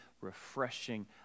refreshing